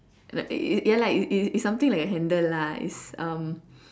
like ya lah it it it's something like a handle lah it's um